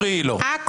אי